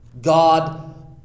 God